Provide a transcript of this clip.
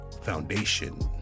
foundation